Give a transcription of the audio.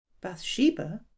Bathsheba